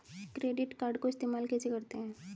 Credit card को इस्तेमाल कैसे करते हैं?